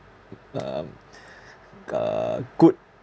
um uh good